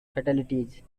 fatalities